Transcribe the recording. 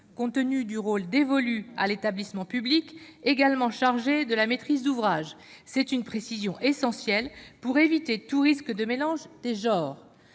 Compte tenu du rôle dévolu à l'établissement public, également chargé de la maîtrise d'ouvrage, c'est une précision essentielle pour éviter tout mélange des genres.